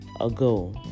ago